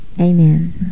Amen